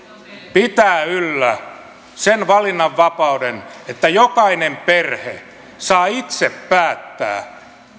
pitää yllä sen valinnanvapauden että jokainen perhe saa itse päättää